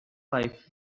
life